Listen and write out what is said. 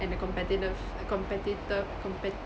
and competivene~ competito~ compet~